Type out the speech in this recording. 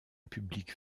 public